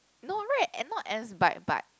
no right not as bite bite